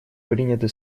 приняты